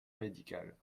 médicale